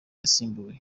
yasimbuye